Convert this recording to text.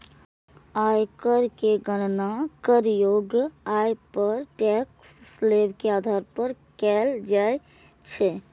आयकर के गणना करयोग्य आय पर टैक्स स्लेब के आधार पर कैल जाइ छै